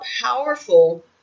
powerful